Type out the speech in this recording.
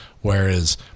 Whereas